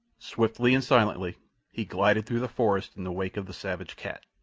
swiftly and silently he glided through the forest in the wake of the savage cat,